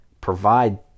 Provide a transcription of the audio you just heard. provide